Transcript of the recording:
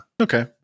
okay